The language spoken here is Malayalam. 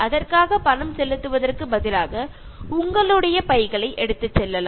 അല്ലാതെ കടകളിൽ നിന്നും പൈസ കൊടുത്ത് പ്ലാസ്റ്റിക് ബാഗുകൾ വാങ്ങാതിരിക്കുക